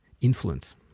influence